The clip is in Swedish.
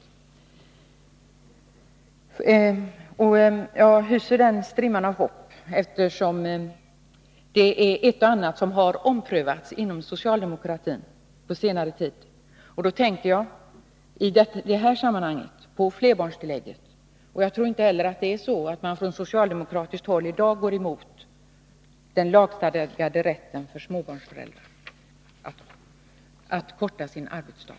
Jag hyser den strimman av hopp, eftersom det är ett och annat som har omprövats inom socialdemokratin — jag tänker då i det här sammanhanget på flerbarnstillägget. Vidare tror jag att man från socialdemokratiskt håll inte heller i dag går emot den lagstadgade rätten för småbarnsföräldrar att avkorta sin arbetsdag.